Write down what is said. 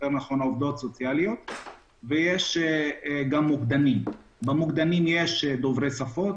יש מוקדנים דוברי שפות,